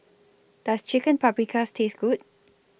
Does Chicken Paprikas Taste Good